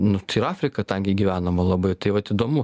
nu tai ir afrika tankiai gyvenama labai tai vat įdomu